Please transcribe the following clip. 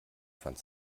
fand